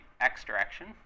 x-direction